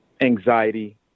anxiety